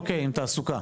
אוקיי, עם תעסוקה.